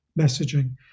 messaging